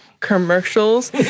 Commercials